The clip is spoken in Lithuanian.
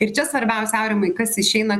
ir čia svarbiausia aurimai kas išeina